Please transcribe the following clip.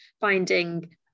finding